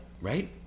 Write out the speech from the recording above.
right